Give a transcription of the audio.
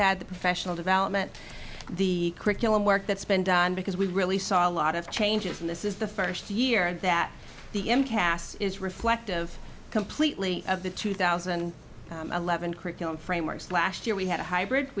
had the professional development the curriculum work that's been done because we really saw a lot of changes in this is the first year that the impasse is reflective completely of the two thousand and eleven curriculum frameworks last year we had a hybrid